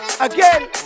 Again